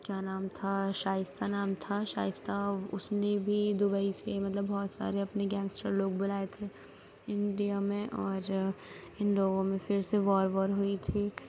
کیا نام تھا شائستہ نام تھا شائستہ اُس نے بھی دبئی سے مطلب بہت سارے اپنے گینگسٹر لوگ بُلائے تھے انڈیا میں اور اِن لوگوں میں پھر سے وار وار ہوئی تھی